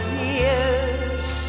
years